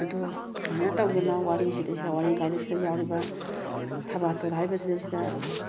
ꯑꯗꯨꯃꯥꯏꯅ ꯇꯧꯗꯅ ꯋꯥꯔꯤꯁꯤꯗꯩꯁꯤꯗ ꯋꯥꯔꯤ ꯂꯥꯏꯔꯤꯛꯁꯤꯗ ꯌꯥꯎꯔꯤꯕ ꯊꯕꯥꯇꯣꯟ ꯍꯥꯏꯔꯤꯕꯁꯤꯗꯩꯁꯤꯗ